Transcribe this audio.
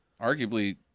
arguably